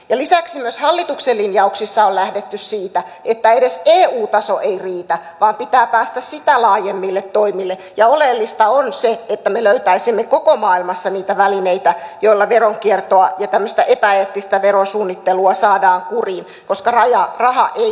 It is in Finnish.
lisäksi myös hallituksen linjauksissa on lähdetty siitä että edes eu taso ei riitä vaan pitää päästä sitä laajemmille toimille ja oleellista on se että me löytäisimme koko maailmassa niitä välineitä joilla veronkiertoa ja tämmöistä epäeettistä verosuunnittelua saadaan kuriin koska raha ei tunne rajoja